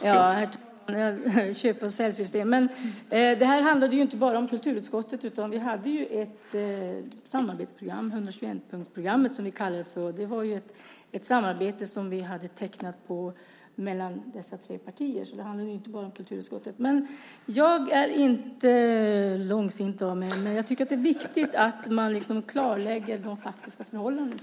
Herr talman! Köp och säljsystem. Det här handlade ju inte bara om kulturutskottet, utan vi hade ett samarbetsprogram, 121-punktsprogrammet som vi kallade det för. Det var ett samarbete som vi hade skrivit under på mellan dessa tre partier. Det handlade inte bara om kulturutskottet. Jag är inte långsint av mig, men jag tycker att det är viktigt att man klarlägger de faktiska förhållandena.